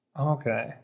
Okay